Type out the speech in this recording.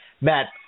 matt